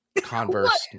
Converse